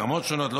ברמות שונות,